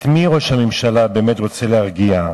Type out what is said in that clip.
את מי ראש הממשלה באמת רוצה להרגיע?